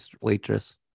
waitress